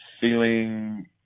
feeling